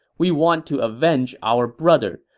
we want to avenge our brother,